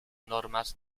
normas